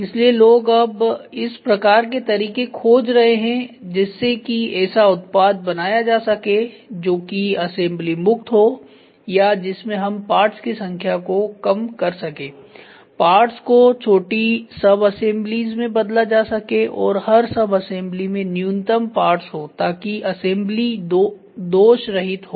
इसलिए लोग अब इस प्रकार के तरीके खोज रहे हैं जिससे कि ऐसा उत्पाद बनाया जा सके हैं जो कि असेंबली मुक्त हो या जिसमें हम पार्ट्स की संख्या को कम कर सके पार्ट्स को छोटी सबअसेंबलीज में बदला जा सके और हर सब असेंबली में न्यूनतम पार्ट्स हो ताकि असेंबली दोष रहित हो